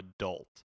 adult